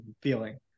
feeling